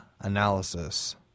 analysis